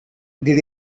did